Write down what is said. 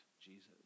Jesus